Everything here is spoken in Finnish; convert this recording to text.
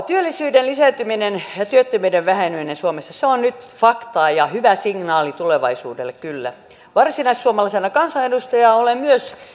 työllisyyden lisääntyminen ja työttömyyden väheneminen suomessa on nyt faktaa ja hyvä signaali tulevaisuudelle kyllä varsinaissuomalaisena kansanedustajana olen myös